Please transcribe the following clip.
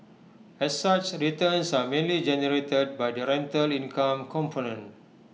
as such returns are mainly generated by the rental income component